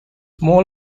more